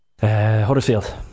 Huddersfield